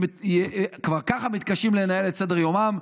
שכבר ככה מתקשים לנהל את סדר-יומם,